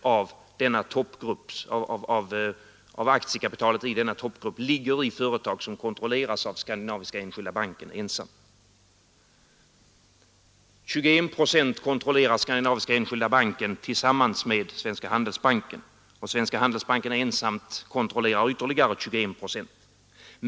21 procent kontrollerar Skandinaviska enskilda banken tillsammans med Svenska handelsbanken, och Svenska handelsbanken kontrollerar ensam ytterligare 21 procent.